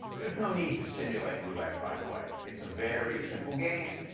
there's no need to simulate roulette, by the way. it's a very simple game,